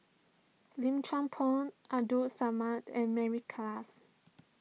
Lim Chuan Poh Abdul Samad and Mary Klass